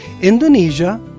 Indonesia